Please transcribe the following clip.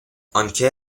aunque